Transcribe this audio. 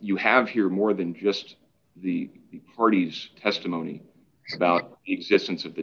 you have here more than just the parties testimony about existence of the